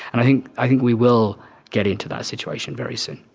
and i think i think we will get into that situation very soon.